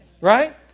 Right